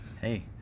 Hey